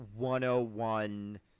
101